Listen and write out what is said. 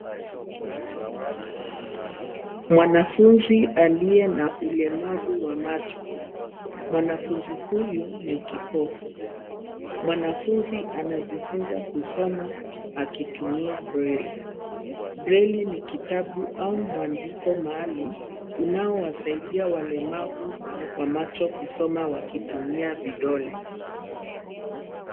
Mwanafunzi aliye na ulemavu wa macho. Mwanafunzi huyu ni kipofu. Mwanafunzi anajifunza kusoma akitumia braille . Braille ni kitabu au mwandiko maalum, unaowasaidia walemavu wa macho kusoma wakitumia vidole.